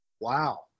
wow